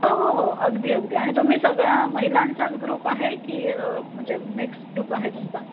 हो हो हो अगदी अगदी आणि तुम्ही सगळ्या महिलांचाच ग्रुप आहे की म्हणजे मिक्स ग्रुप आहे तुमचा